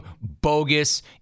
bogus